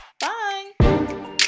Bye